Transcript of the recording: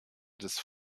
des